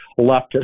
leftist